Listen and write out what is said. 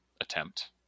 attempt